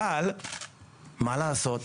אבל מה לעשות?